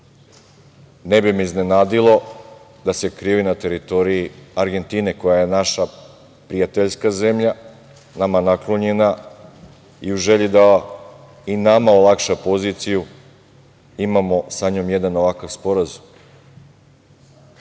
Ne bi me iznenadilo da se krio i na teritoriji Argentine, koja je naša prijateljska zemlja, nama naklonjena, i u želji da i nama olakša poziciju, imamo sa njom jedan ovakav sporazum. Kao